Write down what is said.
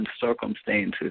circumstances